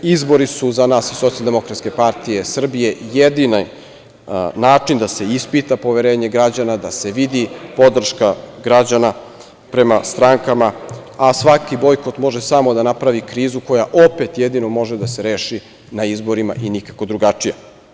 Izbori su za nas iz SDPS jedini način da se ispita poverenje građana, da se vidi podrška građana prema strankama, a svaki bojkot može samo da napravi krizu koja opet jedino može da se reši na izborima i nikako drugačije.